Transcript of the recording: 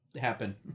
happen